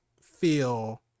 feel